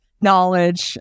knowledge